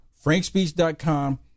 frankspeech.com